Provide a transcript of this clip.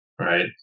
right